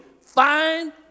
fine